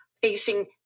facing